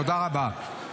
תודה רבה.